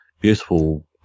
beautiful